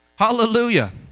hallelujah